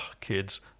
kids